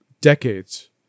decades